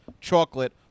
chocolate